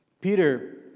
Peter